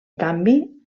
canvi